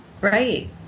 Right